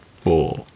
four